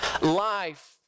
life